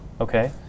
Okay